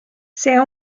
see